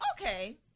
okay